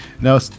Now